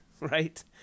right